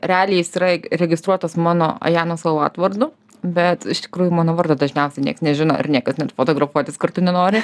realiai jis yra registruotas mano ajanos lolat vardu bet iš tikrųjų mano vardo dažniausiai nieks nežino ir niekas net fotografuotis kartu nenori